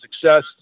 success